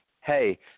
hey